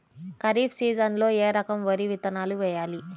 ఖరీఫ్ సీజన్లో ఏ రకం వరి విత్తనాలు వేయాలి?